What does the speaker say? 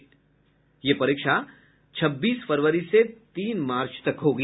नौवीं की परीक्षा छब्बीस फरवरी से तीन मार्च तक होगी